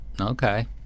Okay